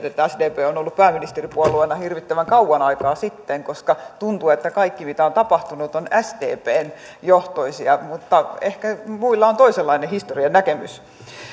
että sdp on ollut pääministeripuolueena hirvittävän kauan aikaa sitten koska tuntui että kaikki mitä on tapahtunut on sdp johtoista mutta ehkä muilla on toisenlainen historian näkemys